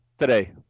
Today